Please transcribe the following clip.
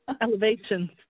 Elevations